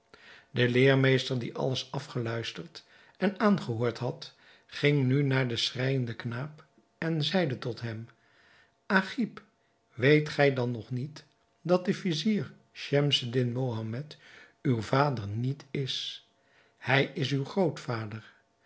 de leermeester die alles afgeluisterd en aangehoord had ging nu naar den schreijenden knaap en zeide tot hem agib weet gij dan nog niet dat de vizier schemseddin mohammed uw vader niet is hij is uw grootvader